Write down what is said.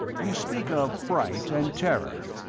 you speak of fright and terror.